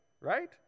right